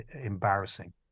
embarrassing